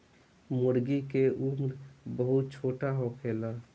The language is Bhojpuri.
मूर्गी के उम्र बहुत छोट होखेला